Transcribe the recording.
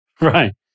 Right